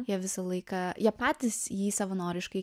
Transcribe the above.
jie visą laiką jie patys jį savanoriškai